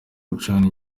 gucana